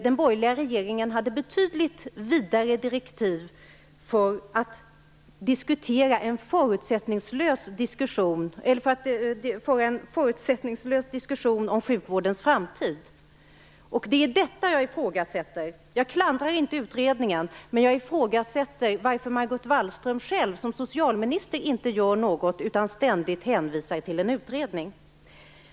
Den borgerliga regeringen hade betydligt vidare direktiv för att föra en förutsättningslös diskussion om sjukvårdens framtid. Det är detta jag ifrågasätter. Jag klandrar inte utredningen, men jag ifrågasätter att Margot Wallström som socialminister inte själv gör något, utan ständigt hänvisar till en utredning.